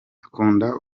akunda